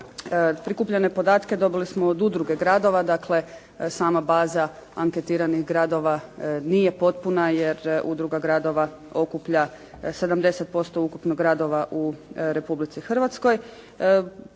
Prikupljene podatke dobili smo od udruge gradova, dakle sama baza anketiranih gradova nije potpuna jer udruga gradova okuplja 70% ukupno gradova u Republici Hrvatskoj.